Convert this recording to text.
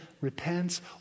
repents